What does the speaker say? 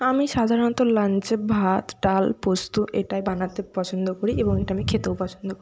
আমি সাধারণত লাঞ্চে ভাত ডাল পোস্ত এটাই বানাতে পছন্দ করি এবং এটা আমি খেতেও পছন্দ করি